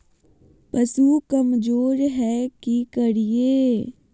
पशु कमज़ोर है कि करिये?